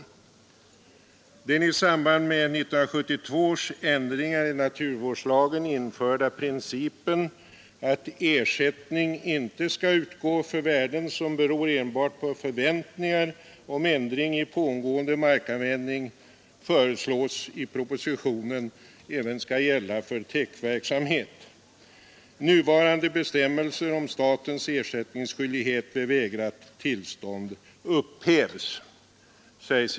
Vad beträffar den i samband med 1972 års ändringar av naturvårdslagen införda principen att ersättning inte skall utgå för värden som beror enbart på förväntningar om ändring i den pågående markanvändningen föreslås det i propositionen att den även skall gälla för täktverksamhet. Det sägs i propositionen att nuvarande bestämmelser om statens ersättningsskyldigheter vid vägrat tillstånd upphävs.